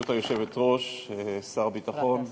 ברשות היושבת-ראש, שר הביטחון,